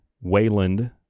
Wayland